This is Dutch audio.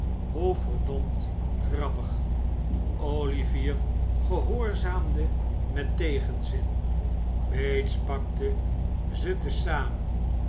hoe verdoemd grappig olivier gehoorzaamde met tegenzin bates pakte ze te zamen